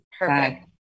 Perfect